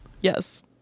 Yes